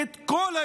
את כל האזרחים,